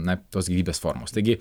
na tos gyvybės formos taigi